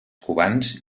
cubans